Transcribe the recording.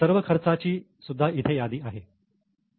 सर्व खर्चाची सुद्धा इथे यादी आहे